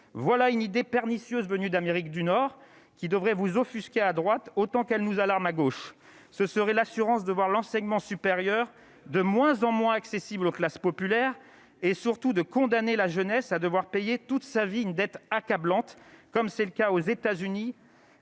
voilà une idée pernicieuse venus d'Amérique du Nord qui devraient vous offusquer à droite, autant qu'elle nous a l'arme à gauche ce serait l'assurance de voir l'enseignement supérieur, de moins en moins accessible aux classes populaires et, surtout, de condamner la jeunesse à devoir payer toute sa vie une dette accablante comme c'est le cas aux États-Unis.